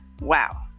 wow